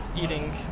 eating